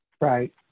Right